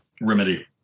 remedy